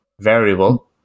variable